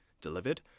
delivered